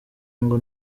ngo